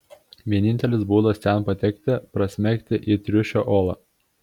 vienintelis būdas ten patekti prasmegti į triušio olą